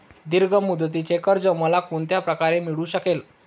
दीर्घ मुदतीचे कर्ज मला कोणत्या प्रकारे मिळू शकेल?